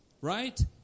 Right